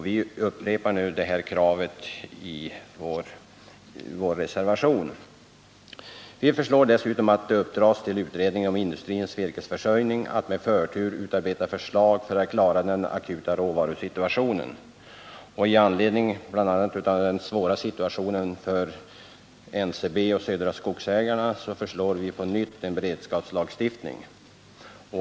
Vi upprepar nu dessa krav i en reservation. Vi föreslår dessutom att det uppdras åt utredningen om industrins virkesförsörjning att med förtur utarbeta förslag för att klara den akuta råvarusituationen. I anledning av bl.a. den svåra situationen för NCB och Södra Skogsägarna föreslår vi på nytt en beredskapslagstiftning.